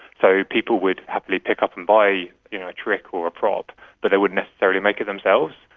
so people would happily pick up and buy you know a trick or a prop but they wouldn't necessarily make it themselves,